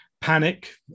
panic